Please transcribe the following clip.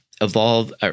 evolve